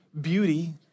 beauty